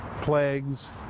plagues